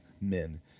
men